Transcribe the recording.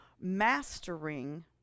mastering